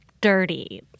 dirty